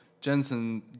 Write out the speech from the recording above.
Jensen